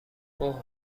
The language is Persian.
اوه